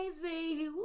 crazy